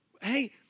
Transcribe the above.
Hey